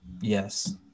Yes